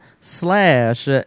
slash